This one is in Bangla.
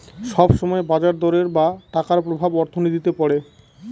সব সময় বাজার দরের বা টাকার প্রভাব অর্থনীতিতে পড়ে